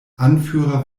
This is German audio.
anführer